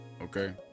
okay